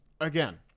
Again